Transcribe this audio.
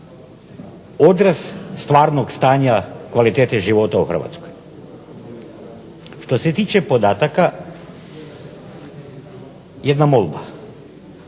odraz stvarnog stanja kvalitete života u Hrvatskoj. Što se tiče podataka jedna molba.